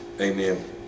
Amen